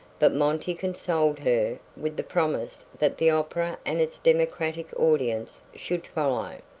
but monty consoled her with the promise that the opera and its democratic audience should follow.